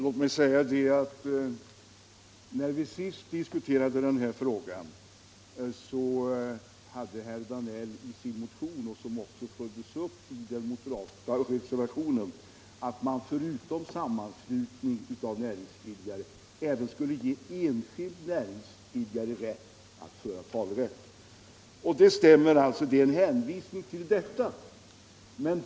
Herr talman! När vi sist diskuterade denna fråga hade herr Danell i sin motion, vilket också följdes upp i den moderata reservationen, föreslagit att man förutom sammanslutning av näringsidkare även skulle ge enskild näringsidkare talerätt.